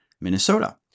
Minnesota